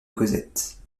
cosette